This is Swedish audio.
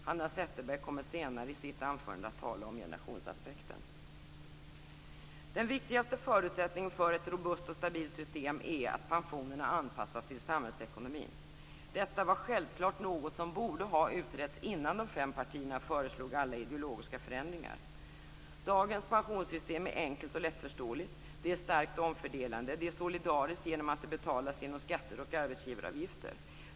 Hanna Zetterberg kommer i sitt anförande att tala om generationsaspekten. Den viktigaste förutsättningen för ett robust och stabilt system är att pensionerna anpassas till samhällsekonomin. Detta var självklart något som borde ha utretts innan de fem partierna föreslog alla dessa ideologiska förändringar. Dagens pensionssystem är enkelt och lättförståeligt, det är starkt omfördelande och det är solidariskt genom att det betalas genom skatter och arbetsgivaravgifter.